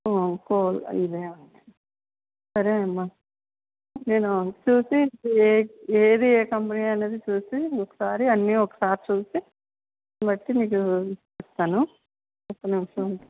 సరే అమ్మ నేను చూసి ఏది ఏది ఏ కంపెనీ అనేది చూసి ఒకసారి అన్ని ఒకసారి చూసి దాని బట్టి నేను మీకు ఇస్తాను